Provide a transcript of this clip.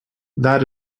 that